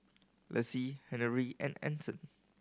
Laci Henery and Anson